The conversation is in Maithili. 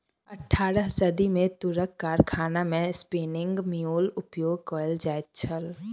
अट्ठारम सदी मे तूरक कारखाना मे स्पिन्निंग म्यूल उपयोग कयल जाइत छल